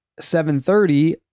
7.30